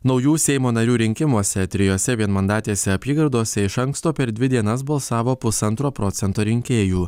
naujų seimo narių rinkimuose trijose vienmandatėse apygardose iš anksto per dvi dienas balsavo pusantro procento rinkėjų